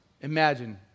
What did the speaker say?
imagine